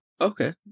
Okay